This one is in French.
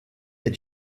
est